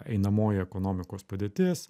einamoji ekonomikos padėtis